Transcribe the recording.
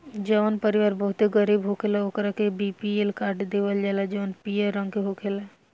जवन परिवार बहुते गरीब होखेला ओकरा के बी.पी.एल कार्ड देवल जाला जवन पियर रंग के होखेला